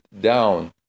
down